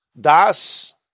Das